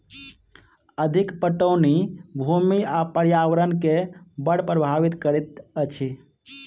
अधिक पटौनी भूमि आ पर्यावरण के बड़ प्रभावित करैत अछि